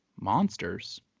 monsters